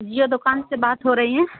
جیو دکان سے بات ہو رہی ہے